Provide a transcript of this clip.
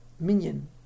minion